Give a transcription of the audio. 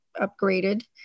upgraded